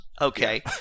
okay